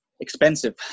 expensive